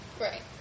Right